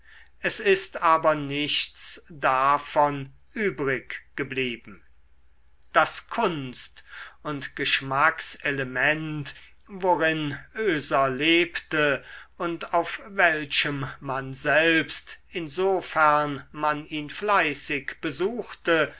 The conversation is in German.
es ist aber nichts davon übrig geblieben das kunst und geschmackselement worin oeser lebte und auf welchem man selbst insofern man ihn fleißig besuchte